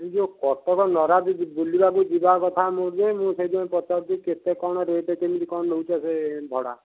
ସେଇ ଯୋଉ କଟକ ନରାଜ ବୁଲିବାକୁ ଯିବା କଥା ମୋର ଯେ ମୁଁ ସେଇଥିପାଇଁ ପଚାରୁଛି କେତେ କଣ ରେଟ୍ କେମିତି କଣ ନେଉଛ ସେ ଭଡ଼ା